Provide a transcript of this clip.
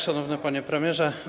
Szanowny Panie Premierze!